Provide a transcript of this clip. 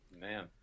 Man